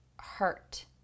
hurt